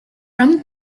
from